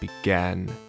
began